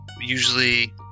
Usually